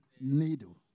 needle